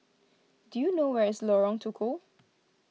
do you know where is Lorong Tukol